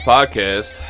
Podcast